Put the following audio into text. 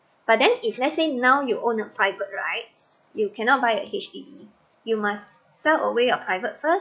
but then if let's say now you owned a private right you cannot buy a H_D_B you must sell away your private first